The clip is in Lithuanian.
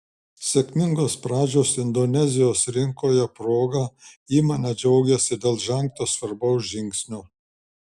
sėkmingos pradžios indonezijos rinkoje proga įmonė džiaugiasi dėl žengto svarbaus žingsnio